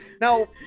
Now